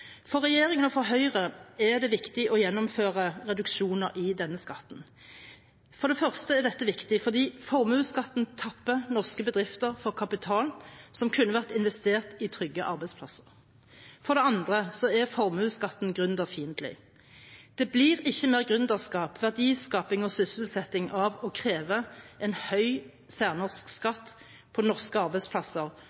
For regjeringen og for Høyre er det viktig å gjennomføre reduksjoner i denne skatten. Dette er viktig fordi: For det første tapper formuesskatten norske bedrifter for kapital som kunne vært investert i trygge arbeidsplasser. For det andre er formuesskatten gründerfiendtlig. Det blir ikke mer gründerskap, verdiskaping og sysselsetting av å kreve en høy særnorsk